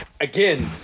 Again